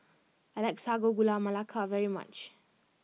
I like Sago Gula Melaka very much